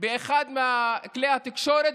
באחד מכלי התקשורת,